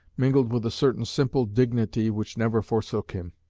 mingled with a certain simple dignity which never forsook him.